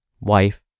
wife